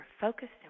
focused